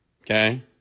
Okay